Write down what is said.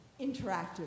interactive